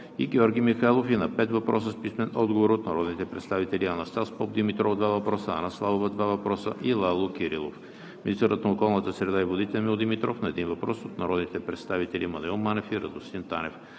и Георги Михайлов; и на 5 въпроса с писмен отговор от народните представители Анастас Попдимитров (два въпроса); Анна Славова (два въпроса); и Лало Кирилов; - министърът на околната среда и водите Емил Димитров – на един въпрос от народните представители Маноил Манев и Радостин Танев.